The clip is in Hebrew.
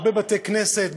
הרבה בתי-כנסת,